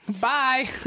Bye